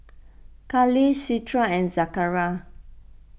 Khalish Citra and Zakaria